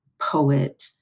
poet